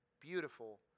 beautiful